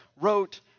wrote